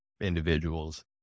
individuals